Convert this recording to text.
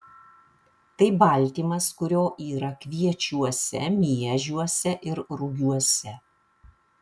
tai baltymas kurio yra kviečiuose miežiuose ir rugiuose